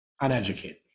uneducated